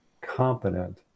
competent